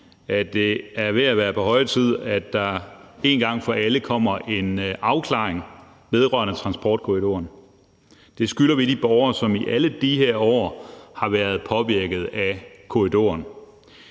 at det er ved at være på høje tid, at der en gang for alle kommer en afklaring vedrørende transportkorridoren. Det skylder vi de borgere, som i alle de her år har været påvirket af korridoren.